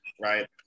Right